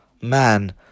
man